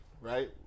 right